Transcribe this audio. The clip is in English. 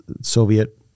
Soviet